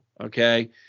Okay